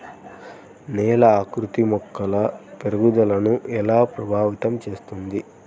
నేల ఆకృతి మొక్కల పెరుగుదలను ఎలా ప్రభావితం చేస్తుంది?